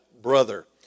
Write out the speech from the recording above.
Brother